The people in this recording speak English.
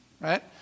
Right